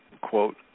quote